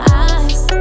eyes